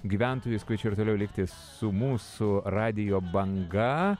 gyventojus ir toliau kviečiu likti su mūsų radijo banga